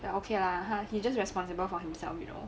then okay lah 他 he just responsible for himself you know